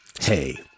Hey